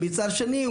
מצד שני,